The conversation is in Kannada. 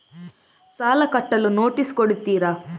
ಸಾಲ ಕಟ್ಟಲು ನೋಟಿಸ್ ಕೊಡುತ್ತೀರ?